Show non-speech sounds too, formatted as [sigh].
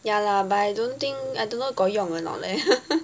ya lah but I don't think I don't know got 用 or not leh [laughs]